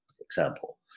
example